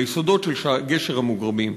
ביסודות של גשר המוגרבים.